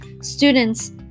Students